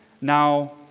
Now